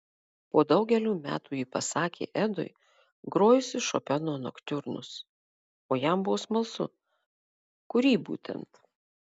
po daugelio metų ji pasakė edui grojusi šopeno noktiurnus o jam buvo smalsu kurį būtent